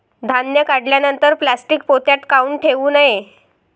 धान्य काढल्यानंतर प्लॅस्टीक पोत्यात काऊन ठेवू नये?